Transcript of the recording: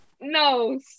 no